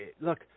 look